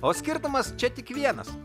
o skirtumas čia tik vienas